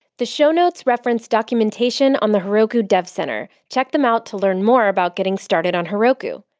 the show notes reference documentation on the heroku dev center. check them out to learn more about getting started on heroku.